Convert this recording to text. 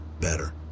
better